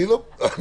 את